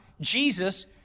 Jesus